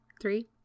three